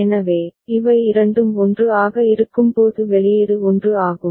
எனவே இவை இரண்டும் 1 ஆக இருக்கும்போது வெளியீடு 1 ஆகும்